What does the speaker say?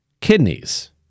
kidneys